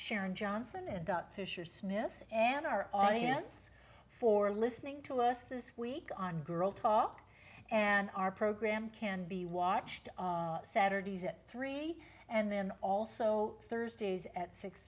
sharon johnson and fisher smith and our audience for listening to us this week on girl talk and our program can be watched saturdays at three and then also thursdays at six